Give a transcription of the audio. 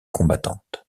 combattantes